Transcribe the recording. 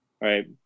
right